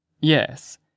Yes